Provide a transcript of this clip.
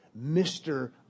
Mr